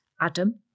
Adam